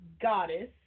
goddess